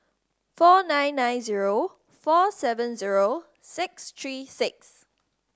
four nine nine zero four seven zero six three six